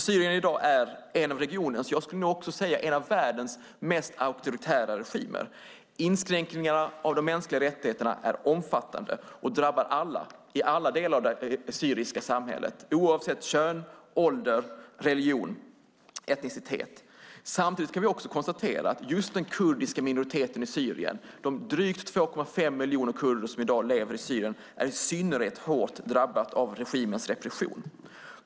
Syrien är i dag en av regionens, ja, en av världens, mest auktoritära regimer. Inskränkningarna av de mänskliga rättigheterna är omfattande och drabbar alla i alla delar av det syriska samhället oavsett kön, ålder, religion och etnicitet. Samtidigt kan vi konstatera att just den kurdiska minoriteten i Syrien, de drygt 2,5 miljoner kurder som i dag lever i Syrien, är i synnerhet hårt drabbad av regimens repression.